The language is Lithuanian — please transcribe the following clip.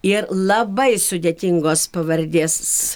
ir labai sudėtingos pavardės